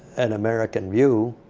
an american view.